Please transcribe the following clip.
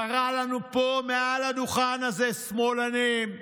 הוא קרא לנו פה, מעל הדוכן הזה, "שמאלנים".